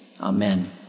Amen